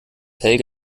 helge